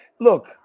look